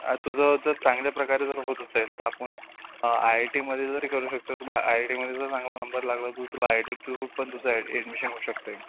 तुझं जर चांगल्या प्रकारे जर होत असेल तर आपण आय आय टीमध्ये जरी करू शकतो बा आय आय टीमध्ये जर चांगला नंबर लागला तर तुला आय आय टी थ्रू पण तुझं ॲडमिशन होऊ शकते